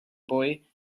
boy